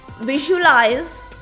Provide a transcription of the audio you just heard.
visualize